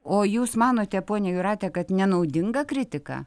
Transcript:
o jūs manote ponia jūrate kad nenaudinga kritika